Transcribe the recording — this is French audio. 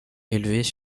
élevés